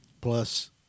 plus